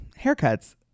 Haircuts